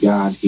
God